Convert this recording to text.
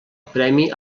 premi